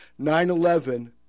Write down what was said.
9-11